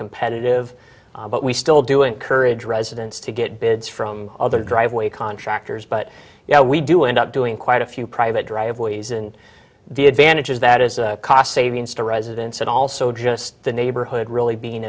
competitive but we still do encourage residents to get bids from other driveway contractors but yeah we do end up doing quite a few private driveways and the advantages that is a cost savings to residents and also just the neighborhood really being